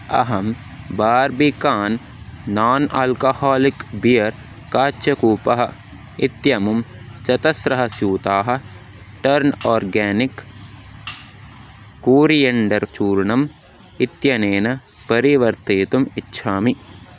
अहं Barbican non alcoholic beer काच्यकूपः इत्यमुं चतस्रः स्यूताः टर्न् आर्गेनिक् कूरियण्डर् चूर्णम् इत्यनेन परिवर्तयितुम् इच्छामि